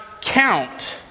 count